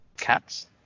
Cats